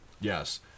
Yes